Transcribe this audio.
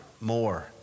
More